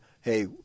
Hey